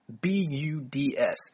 B-U-D-S